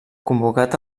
convocat